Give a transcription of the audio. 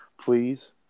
please